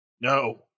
No